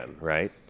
right